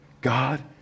God